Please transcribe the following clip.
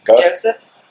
Joseph